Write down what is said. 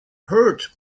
heard